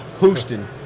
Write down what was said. Houston